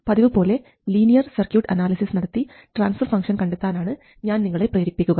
പതിവുപോലെ linear circuit analysis നടത്തി transfer function കണ്ടെത്താനാണ് ഞാൻ നിങ്ങളെ പ്രേരിപ്പിക്കുക